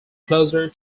closer